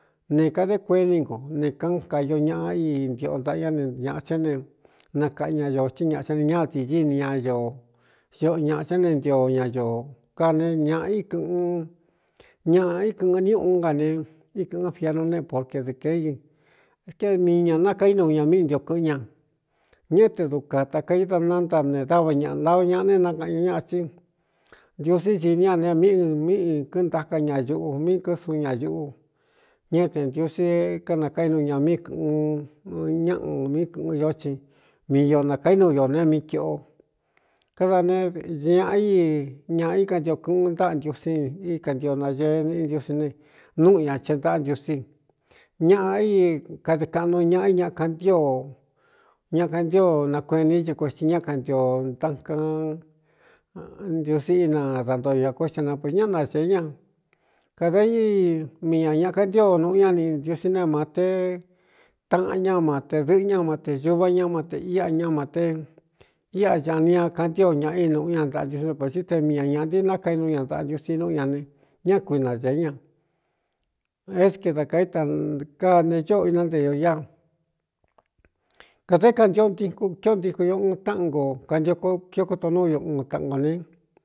Nē kade kueni ngo ne kaꞌn kayo ñaꞌa i ntiꞌo ntaꞌa ñá nñāꞌa chá ne nakaꞌa ña ñō thíi ñaꞌa á n ñádiñíni ña ño ñoꞌo ñāꞌa chá ne ntio ña ño kane ñāꞌa í kɨ̄ꞌɨn ñaꞌa í kɨ̄ꞌɨn ni uꞌū ú nga ne íkɨꞌɨn fiernu ne porque dɨ kei éee mii ñā nakaínu ña mí i ntio kɨ̄ꞌɨ́n ña ñéꞌé te dukā takai da nanta ne dáva ñꞌntava ñaꞌa ne nakaꞌan ño ñaꞌa tsín ntiusí siní ña ne míꞌ míꞌīkɨɨ ntaka ñañuꞌu mí kɨɨ suu ñañuꞌu ña é tentiusí kanakaínu ña mí kɨ̄ꞌɨn ñáꞌu mí kɨ̄ꞌɨn ñó csin mii ño nakaínu ñō ne mí kīꞌo kada ne ñi ñaꞌa i ña í kantio kɨꞌɨn ntáꞌa ntiusí í kantio nañee niꞌ ntiusí ne núꞌu ñā che ntaꞌa ndiusí ñaꞌa íi kade kaꞌnu ñaꞌa i ña kantíó ña kaantío nakueen nī chɨ kuētsi ñá kantio ntakan ntiusí ina dantoo ñā kuesta na po ñáꞌ nasēe ña kada íi mii ñā ñaꞌ kaꞌntío nuꞌu ñá niꞌntiusí ne ma te taꞌan ñá mate dɨꞌɨ ñá mate suva ña mate íꞌa ñá ma te íꞌa ñā ni ña kantíio ñaꞌa i nuꞌu ña ntaꞌa ntiusí no ktsi te mii ñā ñāꞌ nti nakainu ña ntaꞌa ntiusí núꞌu ña ne ñá kuinadēé ña éske dā kaíta ka ne ñóo inante ño ia kadaé kantio nkukio ntiku ño uun táꞌan nko kantioko kio koto núu ño uun taꞌan kō ne.